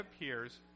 appears